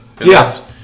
Yes